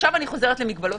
אחזור למגבלות